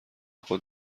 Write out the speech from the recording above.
خود